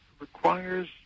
requires